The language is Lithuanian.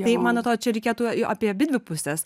tai man atrodo čia reikėtų apie abidvi puses